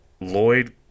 Lloyd